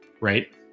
right